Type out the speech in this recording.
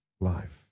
life